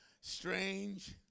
strange